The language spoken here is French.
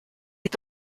est